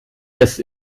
des